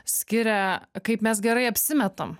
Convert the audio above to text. skiria kaip mes gerai apsimetam